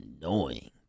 annoying